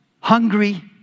hungry